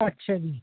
ਅੱਛਾ ਜੀ